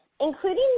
including